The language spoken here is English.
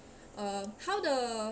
uh how the